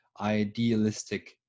idealistic